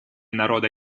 народа